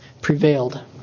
prevailed